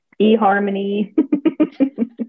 eharmony